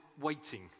waiting